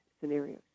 scenarios